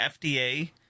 FDA